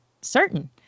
certain